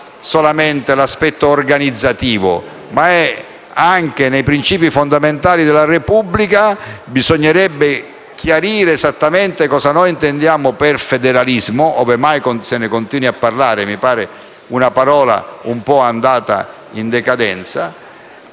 solamente l'aspetto organizzativo, ma anche i principi fondamentali della Repubblica. Bisognerebbe chiarire esattamente cosa noi intendiamo per federalismo, ove mai se ne continui a parlare, visto che mi pare una parola un po' andata in decadenza,